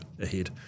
ahead